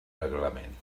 reglament